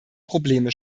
probleme